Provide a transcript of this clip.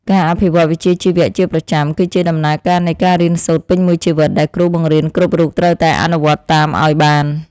ការអភិវឌ្ឍវិជ្ជាជីវៈជាប្រចាំគឺជាដំណើរការនៃការរៀនសូត្រពេញមួយជីវិតដែលគ្រូបង្រៀនគ្រប់រូបត្រូវតែអនុវត្តតាមឱ្យបាន។